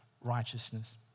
righteousness